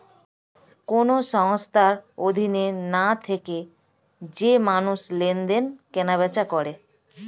কোন সংস্থার অধীনে না থেকে যে মানুষ লেনদেন, কেনা বেচা করে